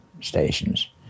stations